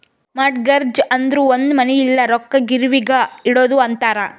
mortgage ಅಂದುರ್ ಒಂದ್ ಮನಿ ಇಲ್ಲ ರೊಕ್ಕಾ ಗಿರ್ವಿಗ್ ಇಡದು ಅಂತಾರ್